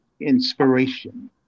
inspiration